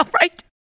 right